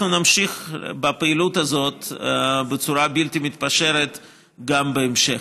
אנחנו נמשיך בפעילות הזאת בצורה בלתי מתפשרת גם בהמשך.